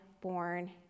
born